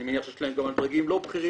אני מניח שיש להם גם על דרגים לא בכירים,